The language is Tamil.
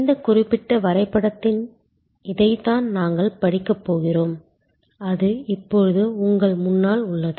இந்த குறிப்பிட்ட வரைபடத்தில் இதைத்தான் நாங்கள் படிக்கப் போகிறோம் அது இப்போது உங்கள் முன்னால் உள்ளது